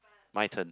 my turn